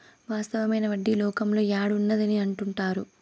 వాస్తవమైన వడ్డీ లోకంలో యాడ్ ఉన్నది అని అంటుంటారు